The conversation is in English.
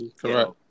Correct